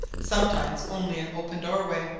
sometimes only an open doorway,